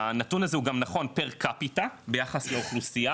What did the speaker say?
הנתון הזה הוא גם נכון, פר-קפיטה, ביחס לאוכלוסייה